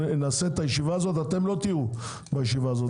אתם לא תהיו בישיבה הזו.